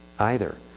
either.